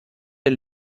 der